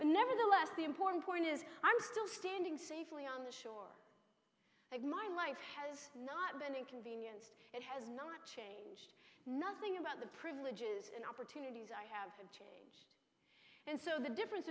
but nevertheless the important point is i'm still standing safely on the shore that my life has not been inconvenienced it has not changed nothing about the privileges and opportunities i have of change and so the difference